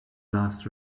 last